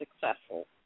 successful